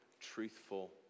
truthful